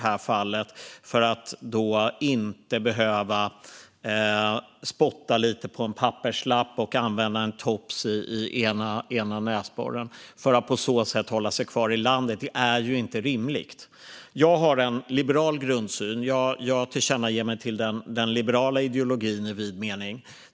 Avsikten är att inte behöva spotta lite på en papperslapp och använda en tops i ena näsborren, för att på så sätt hålla sig kvar i landet. Det är inte rimligt. Jag har en liberal grundsyn. Jag bekänner mig till den liberala ideologin i vid mening.